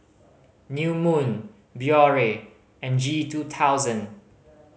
New Moon Biore and G two thousand